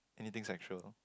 anything sexual